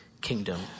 kingdom